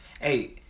Hey